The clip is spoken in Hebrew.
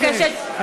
בבקשה, סגן השר.